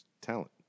talent